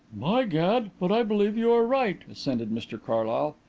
by gad, but i believe you are right, assented mr carlyle.